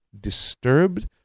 disturbed